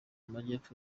majyepfo